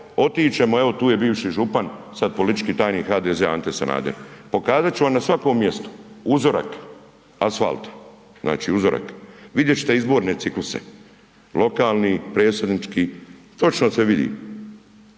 otić ćemo, evo je bivši župan, sad politički tajnik HDZ-a Ante Sanader, pokazat ću vam na svakom mjestu uzorak asfalta, znači uzorak, vidjet ćete izborne cikluse, lokalni, predsjednički, točno se vidi.